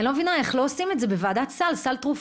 אני לא מבינה איך לא עושים את זה בוועדת סל תרופות,